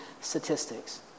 statistics